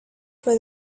for